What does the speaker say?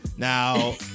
Now